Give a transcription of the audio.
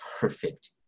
perfect